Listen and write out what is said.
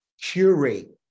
curate